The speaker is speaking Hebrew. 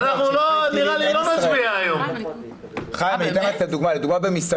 נראה לי לא נצביע היום...אם לא רוצים,